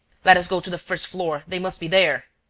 let us go to the first floor. they must be there.